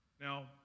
Now